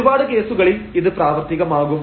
ഒരുപാട് കേസുകളിൽ ഇത് പ്രാവർത്തികമാകും